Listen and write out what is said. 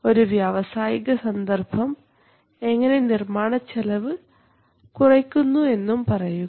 ഒരു വ്യാവസായിക സന്ദർഭം എങ്ങനെ നിർമാണച്ചെലവ് കുറയ്ക്കുന്നു എന്നും പറയുക